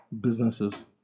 businesses